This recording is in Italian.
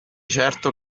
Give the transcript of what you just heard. certo